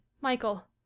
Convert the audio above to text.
michael